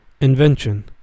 Invention